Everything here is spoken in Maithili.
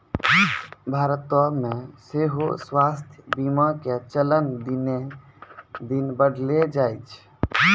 भारतो मे सेहो स्वास्थ्य बीमा के चलन दिने दिन बढ़ले जाय रहलो छै